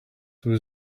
was